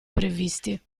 previsti